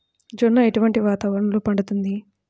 జొన్న ఎటువంటి వాతావరణంలో పండుతుంది?